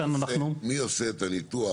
מי עושה את הניתוח,